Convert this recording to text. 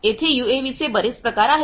तेथे यूएव्हीचे बरेच प्रकार आहेत